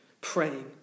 praying